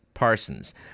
Parsons